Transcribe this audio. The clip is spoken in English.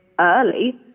early